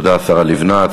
תודה, השרה לבנת.